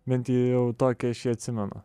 bent jau tokį aš jį atsimenu